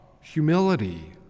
humility